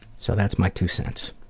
so that's my two cents.